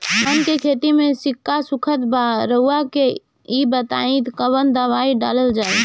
धान के खेती में सिक्का सुखत बा रउआ के ई बताईं कवन दवाइ डालल जाई?